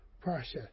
process